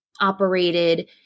operated